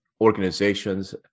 organizations